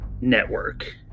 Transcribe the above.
Network